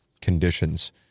conditions